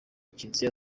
kiriziya